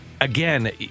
Again